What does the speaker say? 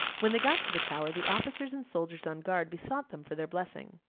when they got to the tower, the officers and soldiers on guard besought them for their blessing.